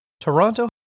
Toronto